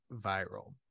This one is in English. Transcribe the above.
viral